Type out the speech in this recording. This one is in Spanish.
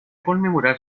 conmemorar